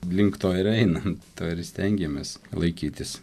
link to ir eina to ir stengiamės laikytis